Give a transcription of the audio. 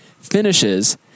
finishes